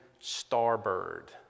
Starbird